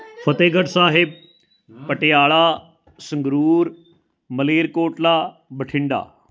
Fatehgarh Sahib Patiala Sangrur Malerkotla Bathinda